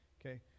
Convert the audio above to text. Okay